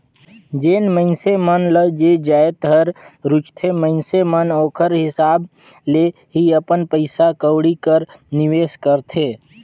जेन मइनसे मन ल जे जाएत हर रूचथे मइनसे मन ओकर हिसाब ले ही अपन पइसा कउड़ी कर निवेस करथे